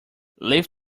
leave